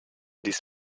dies